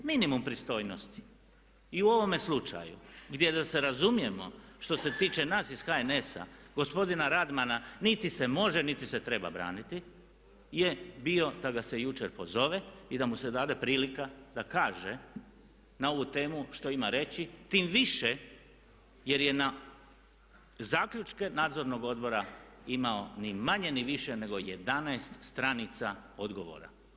Minimum pristojnosti i u ovome slučaju gdje da se razumijemo što se tiče nas iz HNS-a gospodina Radmana niti se može niti se treba braniti je bio da ga se jučer pozove i da mu se dade prilika da kaže na ovu temu što ima reći, tim više jer je na zaključke nadzornog odbora imao ni manje ni više nego 11 stranica odgovora.